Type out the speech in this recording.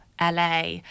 LA